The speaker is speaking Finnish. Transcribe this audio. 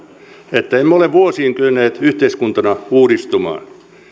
että emme ole vuosiin kyenneet yhteiskuntana uudistumaan